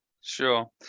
sure